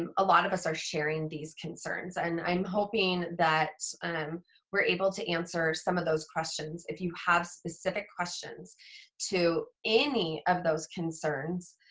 um a lot of us are sharing these concerns and i'm hoping that we're able to answer some of those questions. if you have specific questions to any of those concerns,